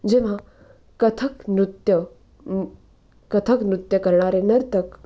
जेव्हा कथक नृत्य कथक नृत्य करणारे नर्तक